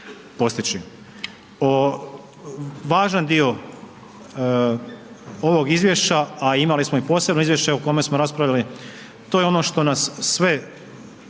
postići. Važan dio ovog izvješća, a imali smo i posebno izvješće o kome smo raspravljali, to je ono što nas sve